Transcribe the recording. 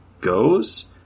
goes